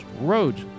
roads